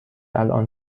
الان